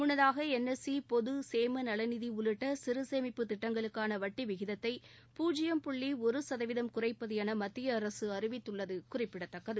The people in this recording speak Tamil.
முன்னதாக என்எஸ்சி பொதசேமநலநிதி உள்ளிட்ட சிறுசேமிப்பு திட்டங்களுக்கான வட்டி விகிதத்தை பூஜ்ஜியம் புள்ளி ஒரு சதவீதம் குறைப்பது என மத்திய அரசு அறிவித்துள்ளது குறிப்பிடத்தக்கது